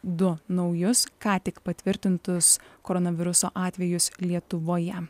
du naujus ką tik patvirtintus koronaviruso atvejus lietuvoje